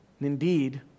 Indeed